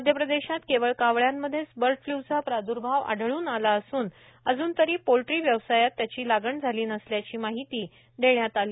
मध्यप्रदेशात केवळ कावळ्यांमध्येच बर्डफ्ल्यूचा प्रादुर्भाव आढळून आला असून अजून तरी पोल्ट्री व्यवसायात त्याची लागण झाली नसल्याची माहिती देण्यात आली